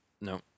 no